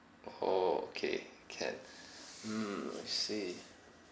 oh okay can mm I see